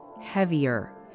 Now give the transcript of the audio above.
heavier